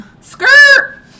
Skirt